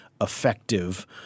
effective